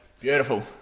Beautiful